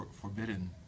forbidden